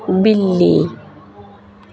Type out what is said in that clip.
बिल्ली